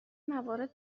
موارد